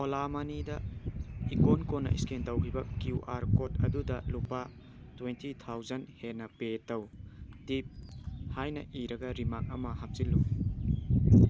ꯑꯣꯂꯥ ꯃꯅꯤꯗ ꯏꯀꯣꯟ ꯀꯣꯟꯅ ꯏꯁꯀꯦꯟ ꯇꯧꯈꯤꯕ ꯀ꯭ꯋꯨ ꯑꯥꯔ ꯀꯣꯗ ꯑꯗꯨꯗ ꯂꯨꯄꯥ ꯇ꯭ꯋꯦꯟꯇꯤ ꯊꯥꯎꯖꯟ ꯍꯦꯟꯅ ꯄꯦ ꯇꯧ ꯇꯤꯞ ꯍꯥꯏꯅ ꯏꯔꯒ ꯔꯤꯃꯥꯔꯛ ꯑꯃ ꯍꯥꯞꯆꯤꯜꯂꯨ